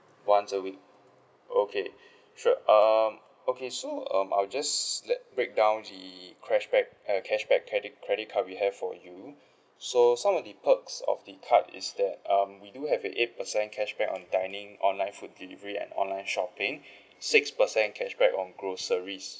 once a week okay sure um okay so um I'll just like break down the cashback uh cashback credit credit card we have for you so some of the perks of the card is that um we do have a eight percent cashback on dining online food delivery and online shopping six percent cashback on groceries